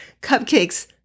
cupcakes